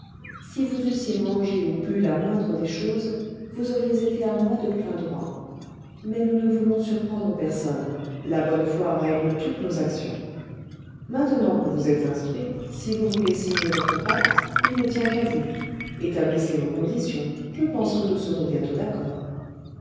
si vous eussiez mangé ou bu la moindre des choses vous auriez été à moi de plein droit mais nous ne voulons surprendre personne la bonne foi règle toutes nos actions maintenant que vous êtes instruit si vous voulez signer votre pacte il ne tient qu'à vous établissez vos conditions je pense que nous serons bientôt d'accord